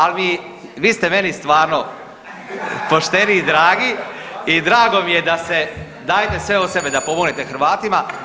Ali vi, vi ste meni stvarno pošteni i dragi i drago mi je da dajete sve od sebe da pomognete Hrvatima.